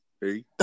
hey